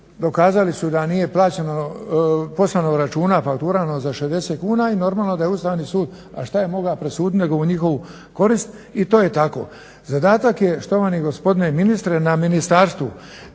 dokazali su da nije poslano računa faktura na 60 kuna i normalno da je Ustavni sud, a šta je mogao presuditi nego u njihovu korist i to je tako. Zadatak je štovani gospodine ministre na ministarstvu